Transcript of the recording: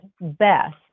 best